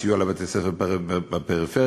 סיוע לבתי-ספר בפריפריה,